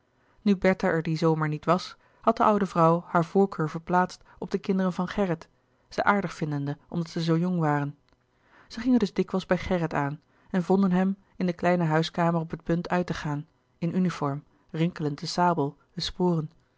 bertha er dien zomer niet was had de oude vrouw haar voorkeur verplaatst op de kinderen van gerrit ze aardig vindende omdat ze zoo jong waren zij gingen dus dikwijls bij gerrit aan en vonden hem in de kleine huiskamer op het punt uit te gaan in uniform rinkelend de sabel de sporen